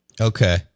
Okay